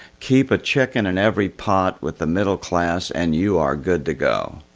keep a chicken in every pot with the middle class, and you are good to go.